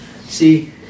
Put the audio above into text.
See